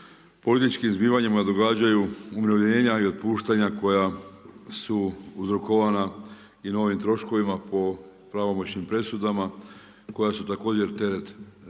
političkim zbivanjima umirovljenja i otpuštanja koja su uzrokovana i novim troškovima po pravomoćnim presudama i koja su također teret Hrvatske